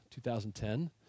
2010